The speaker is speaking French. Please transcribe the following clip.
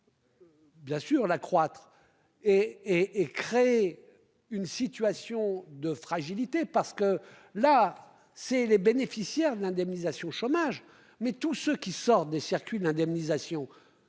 Bien sûr l'accroître. Et et et crée une situation de fragilité parce que là c'est les bénéficiaires de l'indemnisation chômage. Mais tous ceux qui sortent des circuits d'indemnisation. À ce